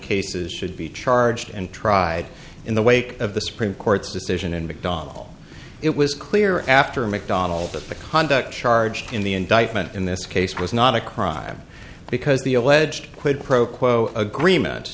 cases should be charged and tried in the wake of the supreme court's decision in mcdonnell it was clear after macdonald that the conduct charged in the indictment in this case was not a crime because the alleged quid pro quo agreement